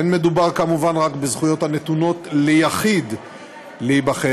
אין מדובר כמובן רק בזכויות הנתונות ליחיד להיבחר,